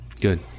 Good